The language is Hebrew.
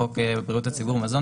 בחוק הבריאות (מזון),